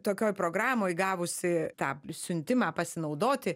tokioj programoj gavusi tą siuntimą pasinaudoti